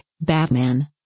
Batman